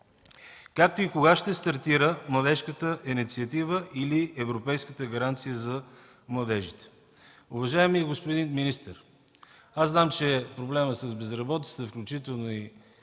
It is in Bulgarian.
Както и кога ще стартира Младежката инициатива или Европейската гаранция за младежи? Уважаеми господин министър, знам, че проблемът с безработицата, включително и